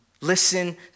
Listen